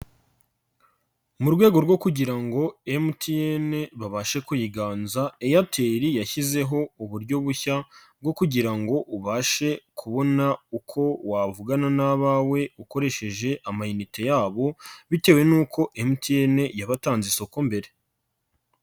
Mu rwego rwo kugira ngo MTN babashe kuyiganza Airtel yashyizeho uburyo bushya bwo kugira ngo ubashe kubona uko wavugana n'abawe ukoresheje amayinite yabo bitewe n'uko MTN yabatanze isoko mbere.